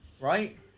right